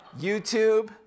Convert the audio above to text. YouTube